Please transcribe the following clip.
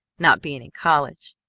not being in college,